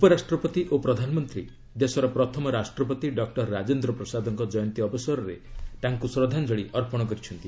ଉପରାଷ୍ଟ୍ରପତି ଓ ପ୍ରଧାନମନ୍ତ୍ରୀ ଦେଶର ପ୍ରଥମ ରାଷ୍ଟ୍ରପତି ଡକ୍ଟର ରାଜେନ୍ଦ୍ର ପ୍ରସାଦଙ୍କ ଜୟନ୍ତୀ ଅବସରରେ ତାଙ୍କୁ ଶ୍ରଦ୍ଧାଞ୍ଜଳି ଅର୍ପଣ କରିଛନ୍ତି